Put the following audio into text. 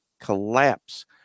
collapse